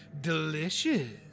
Delicious